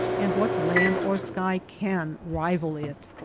and what land or sky can rival it!